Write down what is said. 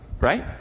Right